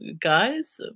guys